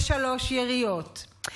בשלוש יריות.